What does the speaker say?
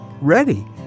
ready